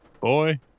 Boy